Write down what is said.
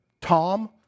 Tom